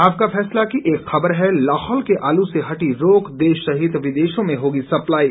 आपका फैसला की एक खबर है लाहौल के आलू से हटी रोक देश सहित विदेशों में होगी सप्लाई